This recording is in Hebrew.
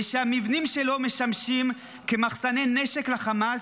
ושהמבנים שלו משמשים כמחסני נשק לחמאס,